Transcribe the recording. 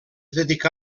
dedicà